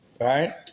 right